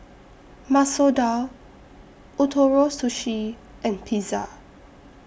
Masoor Dal Ootoro Sushi and Pizza